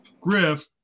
Griff